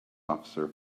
officer